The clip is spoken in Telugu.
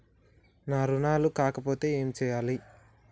నా రుణాలు కాకపోతే ఏమి చేయాలి?